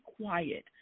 quiet